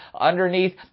underneath